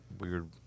weird